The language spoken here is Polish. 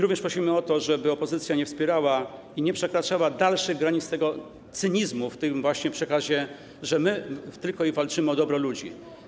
Również prosimy o to, żeby opozycja nie przekraczała dalszych granic tego cynizmu w tym właśnie przekazie, że my tylko walczymy o dobro ludzi.